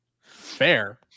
Fair